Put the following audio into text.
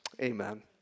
Amen